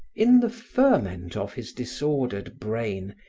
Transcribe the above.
in the ferment of his disordered brain,